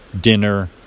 dinner